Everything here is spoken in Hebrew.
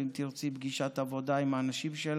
ואם תרצי פגישת עבודה עם האנשים שלנו,